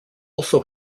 also